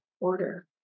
order